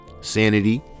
Sanity